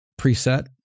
preset